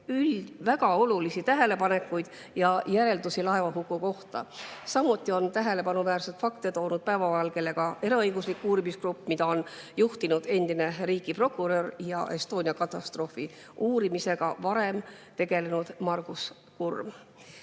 väga olulisi tähelepanekuid ja järeldusi laevahuku kohta. Samuti on tähelepanuväärseid fakte toonud päevavalgele eraõiguslik uurimisgrupp, mida on juhtinud endine riigiprokurör ja Estonia katastroofi uurimisega varem tegelenud Margus Kurm. Oleme